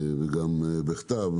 ובכתב,